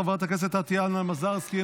חברת הכנסת טטיאנה מזרסקי,